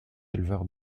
éleveur